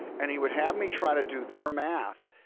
and he would have me try to do their math.